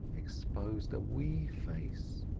exposed a wee face.